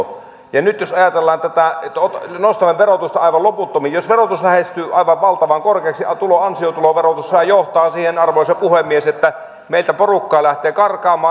nyt jos ajatellaan tätä että nostamme verotusta aivan loputtomiin jos ansiotuloverotus lähestyy aivan valtavan korkeaksi sehän johtaa siihen arvoisa puhemies että meiltä porukkaa lähtee karkaamaan